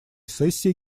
сессии